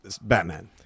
Batman